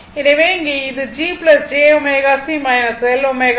எனவே இங்கே இது G j ω C L ω ஆகும்